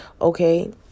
okay